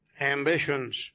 Ambitions